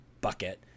bucket